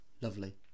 lovely